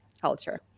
culture